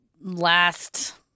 last